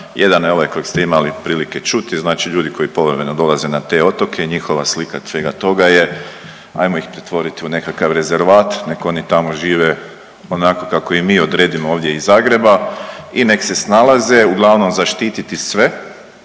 Jedan je ovaj kojeg ste imali prilike čuti. Znači ljudi koji povremeno dolaze na te otoke i njihova slika svega toga je ajmo ih pretvoriti u nekakav rezervat nek oni tamo žive onako kako mi ovdje odredimo iz Zagreba i nek snalaze, uglavnom zaštiti sve